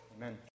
Amen